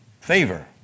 Favor